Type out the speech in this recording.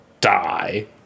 die